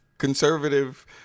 conservative